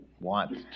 want